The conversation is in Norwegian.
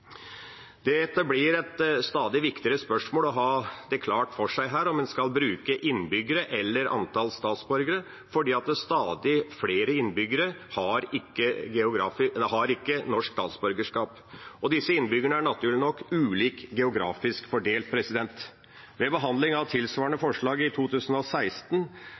innbyggere eller antall statsborgere, for stadig flere innbyggere har ikke norsk statsborgerskap. Disse innbyggerne er naturlig nok ulikt geografisk fordelt. Ved behandling av tilsvarende forslag i 2016